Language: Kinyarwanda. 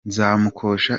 nzamukosha